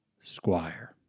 Squire